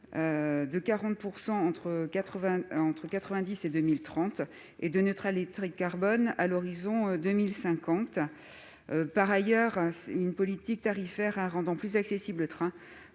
de 40 % entre 1990 et 2030 et de neutralité carbone à l'horizon 2050. Par ailleurs, une politique tarifaire rendant plus accessible le train